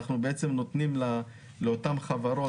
אנחנו נותנים לאותן חברות,